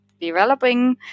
developing